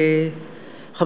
תודה רבה,